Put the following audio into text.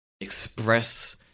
express